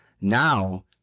Now